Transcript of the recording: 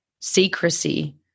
secrecy